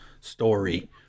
story